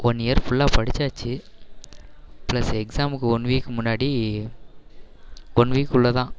one year ஃபுல்லாக படிச்சாச்சு plus எக்ஸாமுக்கு ஒன் வீக் முன்னாடி ஒன் வீக் குள்ளேதான்